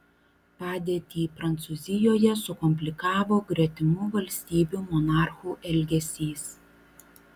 padėtį prancūzijoje sukomplikavo gretimų valstybių monarchų elgesys